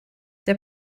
der